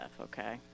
okay